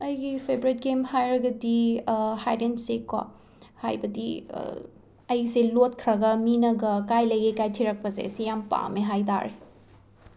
ꯑꯩꯒꯤ favourite game ꯍꯥꯏꯔꯒꯗꯤ hide and seek ꯀꯣ ꯍꯥꯏꯕꯗꯤ ꯑꯩꯁꯦ ꯂꯣꯠꯈ꯭ꯔꯒ ꯃꯤꯅꯒ ꯀꯥꯏ ꯂꯩꯒꯦ ꯀꯥꯏ ꯊꯤꯔꯛꯄꯁꯦ ꯁꯤ ꯌꯥꯝ ꯄꯥꯝꯃꯦ ꯍꯥꯏ ꯇꯥꯔꯦ